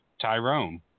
Tyrone